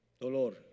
Dolor